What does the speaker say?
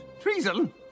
treason